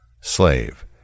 Slave